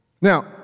Now